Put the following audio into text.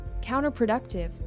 counterproductive